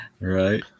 Right